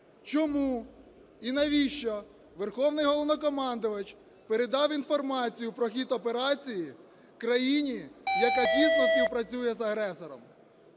чому і навіщо Верховний Головнокомандувач передав інформацію про хід операції країні, яка тісно співпрацює з агресором.